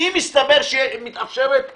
אם יסתבר שמתאפשרת תחרות,